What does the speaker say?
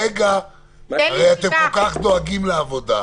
הרי אתם כל כך דואגים לעבודה,